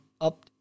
up